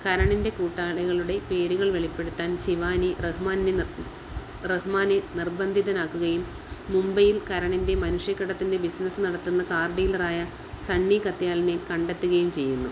കരണിൻ്റെ കൂട്ടാളികളുടെ പേരുകൾ വെളിപ്പെടുത്താൻ ശിവാനി റഹ്മാനെ റഹ്മാനെ നിർബന്ധിതനാക്കുകയും മുംബൈയിൽ കരണിൻ്റെ മനുഷ്യക്കടത്തിൻ്റെ ബിസിനസ് നടത്തുന്ന കാർ ഡീലർ ആയ സണ്ണി കത്യാലിനെ കണ്ടെത്തുകയും ചെയ്യുന്നു